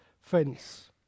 fence